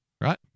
Right